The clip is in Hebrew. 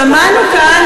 שמענו כאן,